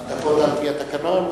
הדקות על-פי התקנון.